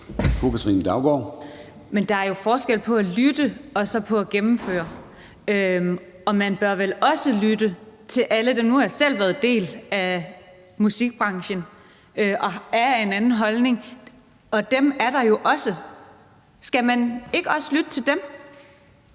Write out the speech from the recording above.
Katrine Daugaard (LA): Men der er jo forskel på at lytte og så på at gennemføre. Man bør vel også lyttet til andre. Nu har jeg selv været en del af musikbranchen og er af en anden holdning, og dem er der jo også. Skal man ikke også lytte til dem?